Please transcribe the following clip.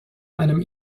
einem